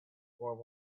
form